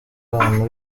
abantu